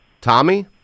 Tommy